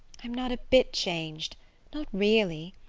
i'm not a bit changed not really.